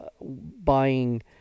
buying